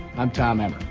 i'm tom emmer.